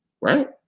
right